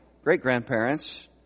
Great-grandparents